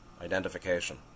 identification